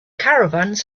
caravans